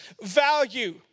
value